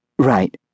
Right